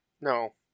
no